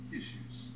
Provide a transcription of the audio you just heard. issues